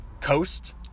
Coast